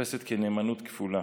נתפסת כנאמנות כפולה,